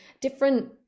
different